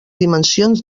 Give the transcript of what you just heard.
dimensions